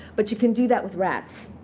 but you can do that with rats.